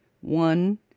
One